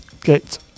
Get